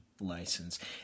license